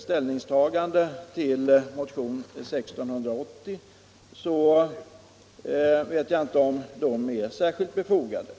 ställningstagande till motionen 1680 vet jag inte om de är särskilt befogade.